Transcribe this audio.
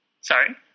Sorry